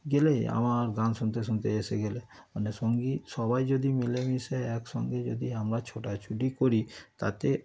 গেলে আবার গান শুনতে শুনতে এসে গেলে মানে সঙ্গী সবাই যদি মিলেমিশে একসঙ্গে যদি আমরা ছোটাছুুটি করি তাতে